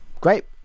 Great